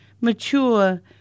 mature